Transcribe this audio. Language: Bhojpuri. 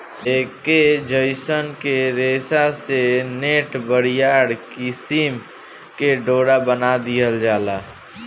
ऐके जयसन के रेशा से नेट, बरियार किसिम के डोरा बना दिहल जाला